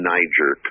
Niger